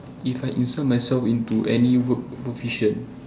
if I insert myself into any work proficient